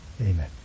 Amen